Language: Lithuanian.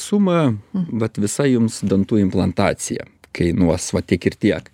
sumą vat visa jums dantų implantacija kainuos va tiek ir tiek